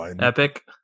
epic